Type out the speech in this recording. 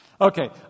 Okay